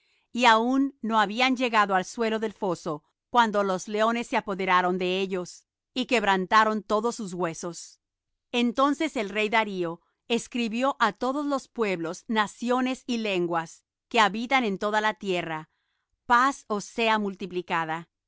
y aun no habían llegado al suelo del foso cuando los leones se apoderaron de ellos y quebrantaron todos sus huesos entonces el rey darío escribió á todos los pueblos naciones y lenguas que habitan en toda la tierra paz os sea multiplicada